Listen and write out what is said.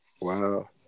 Wow